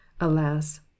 Alas